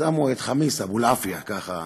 שמו את חמיס אבולעפיה, ככה.